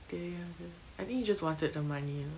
தெரியாது:theriyathu I think he just wanted the money